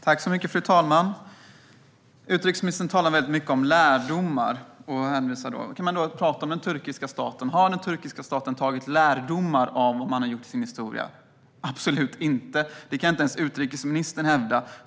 Fru talman! Utrikesministern talar mycket om lärdomar. Har den turkiska staten tagit lärdom av det som man har gjort i sin historia? Absolut inte. Det kan inte ens utrikesministern hävda.